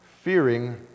fearing